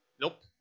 Nope